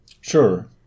sure